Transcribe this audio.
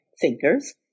thinkers